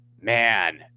Man